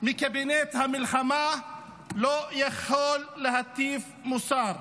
מקבינט המלחמה לא יכול להטיף מוסר.